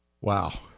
Wow